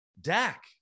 Dak